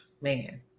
man